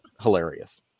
hilarious